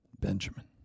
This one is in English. Benjamin